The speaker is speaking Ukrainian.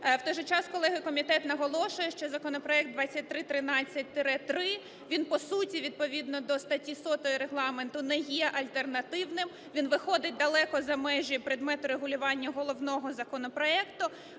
У той же час, колеги, комітет наголошує, що законопроект 2313-3, він, по суті, відповідно до статті 100 Регламенту не є альтернативним, він виходить далеко за межі предмету регулювання головного законопроекту.